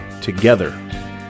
together